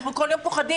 אנחנו כל יום פוחדים,